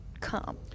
come